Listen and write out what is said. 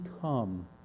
come